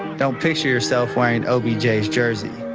don't picture yourself wearing obj's jersey,